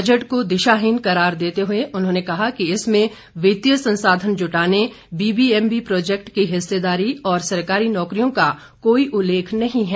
budget को दिशाहीन करार देते हुए उन्होंने कहा कि इसमें वितीय संसाधन जुटाने बीबीएमबी प्रोजेक्ट की हिस्सेदारी और सरकारी नौकरियों का कोई उल्लेख नहीं है